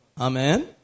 Amen